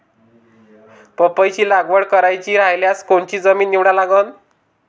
पपईची लागवड करायची रायल्यास कोनची जमीन निवडा लागन?